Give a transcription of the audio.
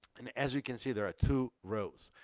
and as you can see, there are two rows.